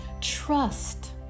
Trust